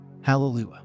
Hallelujah